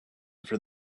for